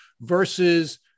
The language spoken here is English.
versus